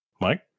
Mike